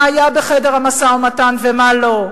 מה היה בחדר המשא-ומתן ומה לא.